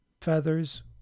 feathers